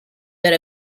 that